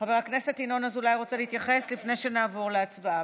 חבר הכנסת ינון אזולאי רוצה להתייחס לפני שנעבור להצבעה.